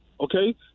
Okay